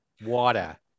water